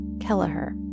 Kelleher